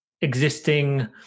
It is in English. existing